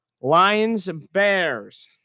Lions-Bears